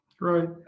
Right